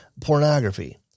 pornography